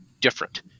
different